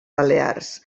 balears